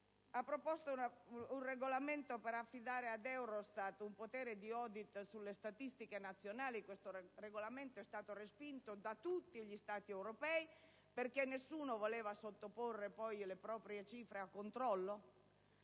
propose un Regolamento per affidare ad Eurostat un potere di *audit* sulle statistiche nazionali, quel Regolamento fu respinto da tutti gli Stati europei, perché nessuno voleva sottoporre le proprie cifre a controllo?